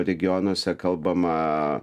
regionuose kalbama